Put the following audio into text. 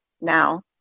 now